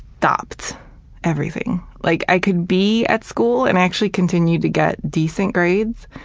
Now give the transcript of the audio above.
stopped everything. like i could be at school and actually continue to get decent grades,